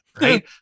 right